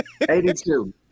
82